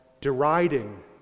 deriding